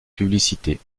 publicité